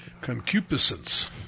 concupiscence